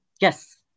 Yes